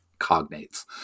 cognates